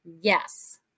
Yes